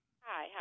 Hi